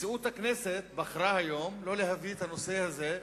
נשיאות הכנסת בחרה היום לא להביא את הנושא הזה,